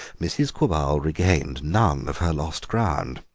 mrs. quabarl regained none of her lost ground.